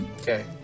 Okay